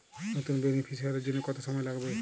নতুন বেনিফিসিয়ারি জন্য কত সময় লাগবে?